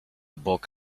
bok